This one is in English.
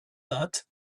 that